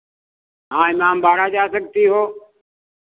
हाँ इमामबाड़ा जा सकती हो